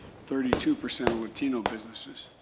thirty two percent of latino businesses.